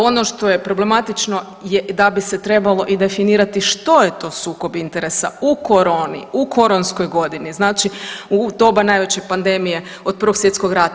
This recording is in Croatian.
Ono što je problematično je da bi se trebalo i definirati što je to sukob interesa u koroni, u koronskoj godini, znači, u doba najveće pandemije od 1. svjetskog rata.